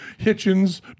Hitchens